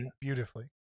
beautifully